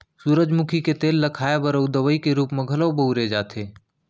सूरजमुखी के तेल ल खाए बर अउ दवइ के रूप म घलौ बउरे जाथे